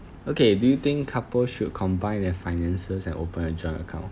okay do you think couples should combine their finances and open a joint account